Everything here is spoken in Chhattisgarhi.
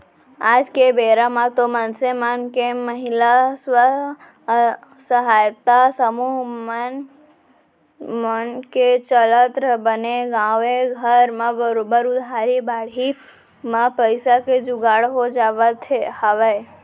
आज के बेरा म तो मनसे मन के महिला स्व सहायता समूह मन के चलत बने गाँवे घर म बरोबर उधारी बाड़ही म पइसा के जुगाड़ हो जावत हवय